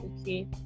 okay